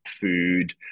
food